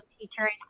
teacher